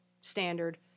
standard